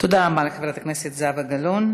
תודה רבה לחברת הכנסת זהבה גלאון.